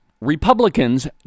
Republicans